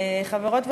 חברות וחברים,